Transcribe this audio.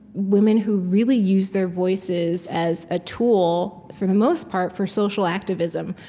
women who really used their voices as a tool for the most part, for social activism,